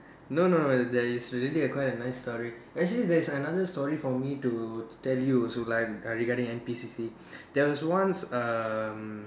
no no no there is really quite a nice story actually there is another story for me to tell you also like regarding uh N_P_C_C there was once um